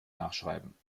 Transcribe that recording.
nachschreiben